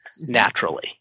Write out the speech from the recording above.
naturally